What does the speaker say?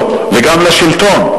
לו וגם לשלטון,